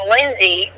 Lindsay